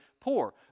poor